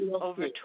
Over